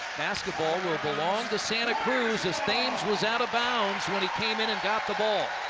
basketball will belong to santa cruz as thames was out of bounds when he came in and got the ball.